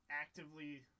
actively